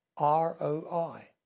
ROI